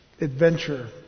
adventure